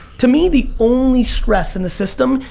to me the only stress in the system,